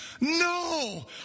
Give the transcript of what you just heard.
No